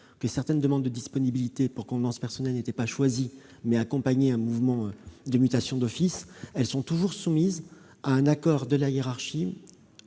que certaines demandes de disponibilité pour convenances personnelles ne sont pas choisies, lorsqu'elles accompagnent un mouvement de mutation d'office, elles sont toujours soumises à un accord de la hiérarchie,